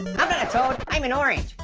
i'm not a toad. i'm an orange.